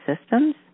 systems